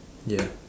yeah